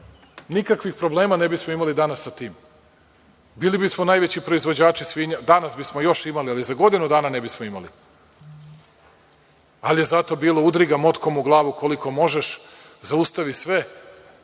nikakvih problema ne bismo imali danas sa tim, bili bismo najveći proizvođači svinja, danas bi smo još imali, ali za godinu dana ne bismo imali. Ali, je zato bilo, udri ga motkom u glavu koliko možeš, zaustavi sve.